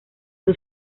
son